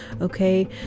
okay